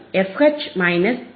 H F